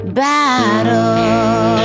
battle